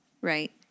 Right